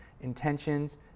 intentions